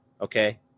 okay